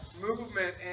Movement